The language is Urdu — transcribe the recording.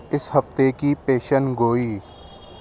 اس ہفتے کی پیشین گوئی